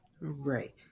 Right